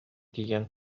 тиийэн